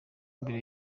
mbere